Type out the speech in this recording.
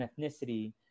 ethnicity